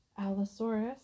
Allosaurus